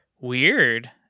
weird